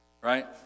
Right